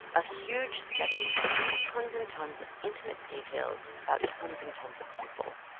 a huge study with tons and tons of intimate details about tons and tons of people